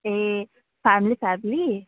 A family family